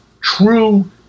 true